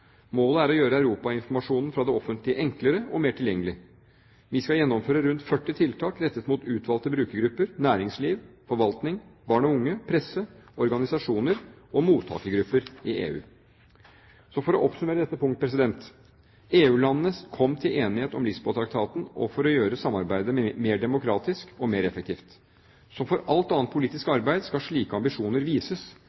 Målet er å gjøre europainformasjonen fra det offentlige enklere og mer tilgjengelig. Vi skal gjennomføre rundt 40 tiltak rettet mot utvalgte brukergrupper: næringsliv, forvaltning, barn og unge, presse, organisasjoner og mottakergrupper i EU. For å oppsummere dette punktet: EU-landene kom til enighet om Lisboa-traktaten for å gjøre samarbeidet mer demokratisk og mer effektivt. Som for alt annet politisk